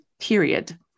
period